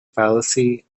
fallacy